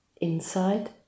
Inside